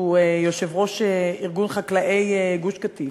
שהוא יושב-ראש ארגון חקלאי גוש-קטיף.